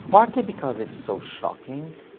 partly because it's so shocking,